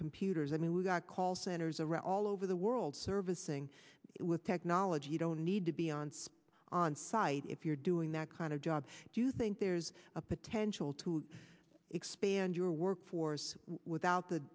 computers i mean we've got call centers around all over the world servicing with technology don't need to be on onsite if you're doing that kind of job do you think there's a potential to expand your workforce without the